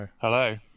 Hello